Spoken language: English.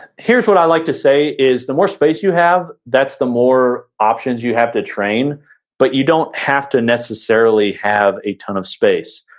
here's what i'd like to say is the more space you have, that's the more options you have to train but you don't have to necessarily have a ton of space.